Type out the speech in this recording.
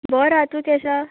बोर हा तूं केश हा